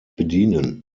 bedienen